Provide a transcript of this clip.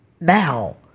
Now